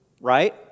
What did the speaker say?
right